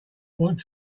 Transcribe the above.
want